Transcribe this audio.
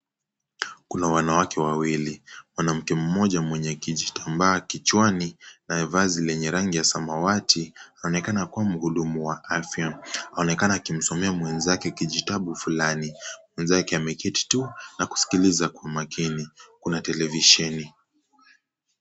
Kuna wanawake wawili, mwanamke mmoja mwenye kijitambaa kichwani na vazi lenye rangi ya samawat,i anaonekana kuwa mhudumu wa afya anaonekana akimsomea mwenzake kijitabu fulani, mwenzake ameketi tu kusikiliza kwa makini, kuna teklevisheni.